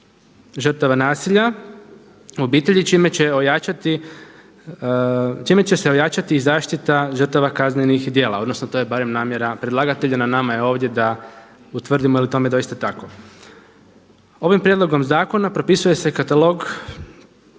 žrtava nasilja u obitelji čime će se ojačati i zaštita žrtava kaznenih djela, odnosno to je barem namjera predlagatelja. Na nama je ovdje da utvrdimo je li tome doista tako. Ovim prijedlogom zakona propisuje se katalog,